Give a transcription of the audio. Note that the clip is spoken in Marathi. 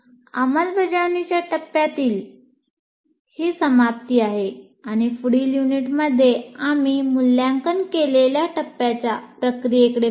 अंमलबजावणीच्या टप्प्यातील ही समाप्ती आहे आणि पुढील युनिटमध्ये आम्ही मूल्यांकन केलेल्या टप्प्याच्या प्रक्रियेकडे पाहू